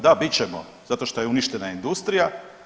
Da bit ćemo zato što je uništena industrija.